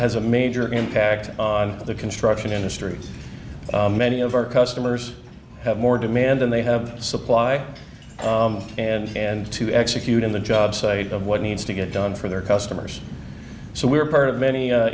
has a major impact on the construction industry many of our customers have more demand than they have supply and and to execute in the jobsite of what needs to get done for their customers so we're part of many